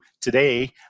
today